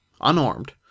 unarmed